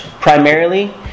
primarily